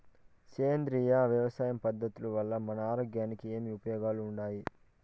సేంద్రియ వ్యవసాయం పద్ధతుల వల్ల మన ఆరోగ్యానికి ఏమి ఉపయోగాలు వుండాయి?